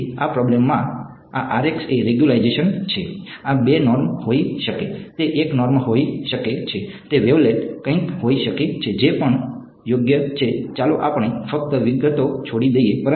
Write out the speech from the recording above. તેથી આ પ્રોબ્લેમમાં આ Rx એ રેગ્યુલરાઈઝેશન છે આ 2 નોર્મ હોઈ શકે છે તે 1 નોર્મ હોઈ શકે છે તે વેવલેટ કંઈક હોઈ શકે છે જે પણ યોગ્ય છે ચાલો આપણે ફક્ત વિગતો છોડી દઈએ